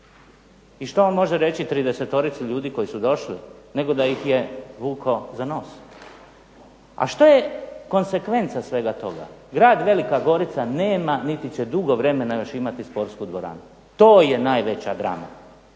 I što on može reći 30-ici ljudi koji su došli nego da ih je vukao za nos. A šta je konsekvenca svega toga? Grad Velika Gorica nema niti će dugo vremena još imati sportsku dvoranu, to je najveća drama.